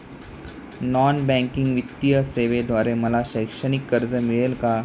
Non banking वित्तीय सेवेद्वारे मला शैक्षणिक कर्ज मिळेल का?